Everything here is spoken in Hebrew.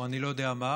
או אני לא יודע מה,